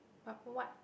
but what